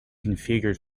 configured